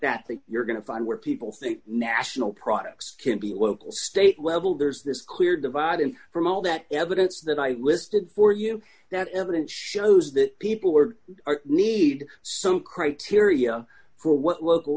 that you're going to find where people think national products can be local state level there's this clear divide in from all that evidence that i listed for you that evidence shows that people were need some criteria for what l